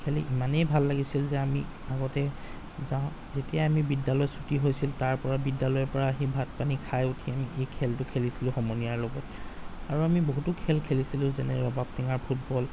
খেলি ইমানেই ভাল লাগিছিল যে আমি আগতে যাওঁ যেতিয়াই আমি বিদ্যালয়ৰ চুটী হৈছিল তাৰপৰা বিদ্যালয়ৰ পৰা আহি ভাত পানী খাই উঠি আমি এই খেলটো খেলিছিলো সমনীয়াৰ লগত আৰু আমি বহুতো খেল খেলিছিলো যেনে ৰবাব টেঙাৰ ফুটবল